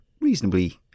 reasonably